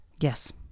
yes